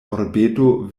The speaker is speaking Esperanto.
urbeto